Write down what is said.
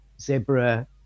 zebra